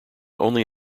only